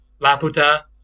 Laputa